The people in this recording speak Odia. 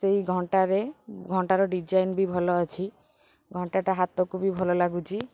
ସେହି ଘଣ୍ଟାରେ ଘଣ୍ଟାର ଡିଜାଇନ୍ ବି ଭଲ ଅଛି ଘଣ୍ଟାଟା ହାତକୁ ବି ଭଲ ଲାଗୁଛି